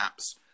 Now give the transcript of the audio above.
Apps